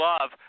love